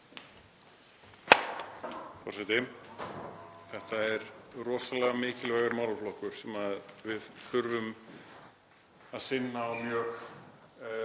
Þetta er rosalega mikilvægur málaflokkur sem við þurfum að sinna á mjög góðan